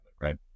right